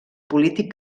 polític